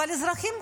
אבל אזרחים,